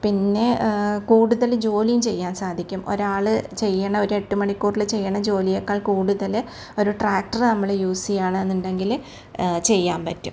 പിന്നെ കൂടുതൽ ജോലീ ചെയ്യാൻ സാധിക്കും ഒരാൾ ചെയ്യുന്ന ഒരു എട്ട് മണിക്കൂറിൽ ചെയ്യണ ജോലിയെക്കാൾ കൂട്തൽ ഒരു ട്രാക്ടറ് നമ്മൾ യൂസ് ചെയ്യാണ് എന്നുണ്ടെങ്കിൽ ചെയ്യാമ്പറ്റും